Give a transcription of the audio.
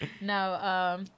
Now